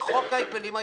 בחוק ההגבלים העסקיים,